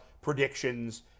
predictions